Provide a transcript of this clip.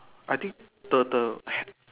I think the the hair